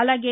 అలాగే